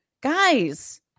Guys